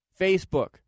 Facebook